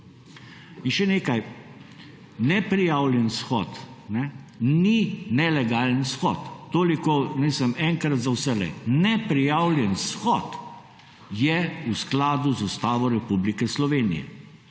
In še nekaj. Neprijavljen shod ni nelegalen shod. Toliko, mislim enkrat za vselej. Neprijavljen shod je v skladu z Ustavo Republike Slovenije.